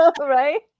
Right